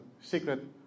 secret